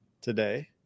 today